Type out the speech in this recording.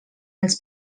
els